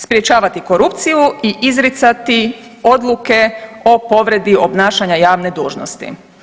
Spriječavati korupciju i izricati odluke o povredi obnašanja javne dužnosti.